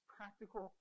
practical